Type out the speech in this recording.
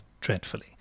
dreadfully